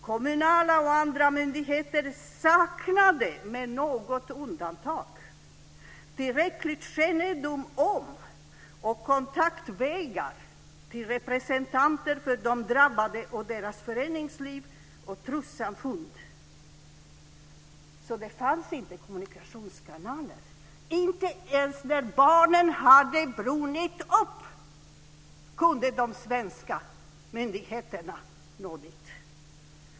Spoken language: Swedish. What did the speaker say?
Kommunala myndigheter och andra myndigheter saknade med något undantag tillräcklig kännedom om och kontaktvägar till representanter för de drabbade och deras föreningsliv och trossamfund. Det fanns inga kommunikationskanaler. Inte ens när barnen hade brunnit upp kunde de svenska myndigheterna nå dit.